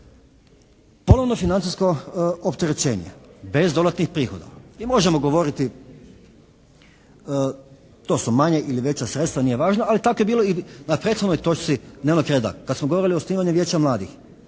Ponovno financijsko opterećenje bez dodatnih prihoda. I možemo govoriti to su manja ili veća sredstva, nije važno, ali tako je bilo i na prethodnoj točci dnevnog reda kad smo govorili o osnivanju Vijeća mladih.